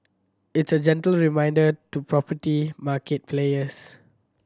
it's a gentle reminder to property market players